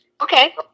Okay